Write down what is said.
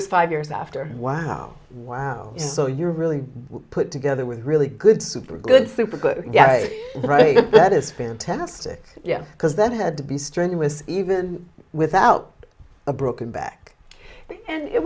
was five years after wow wow so you're really put together with really good super good super good to get it right that is fantastic yes because that had to be strenuous even without a broken back and it